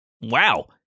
Wow